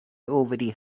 already